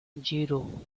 zero